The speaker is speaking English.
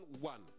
one